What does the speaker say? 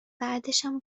بعدشم